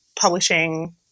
publishing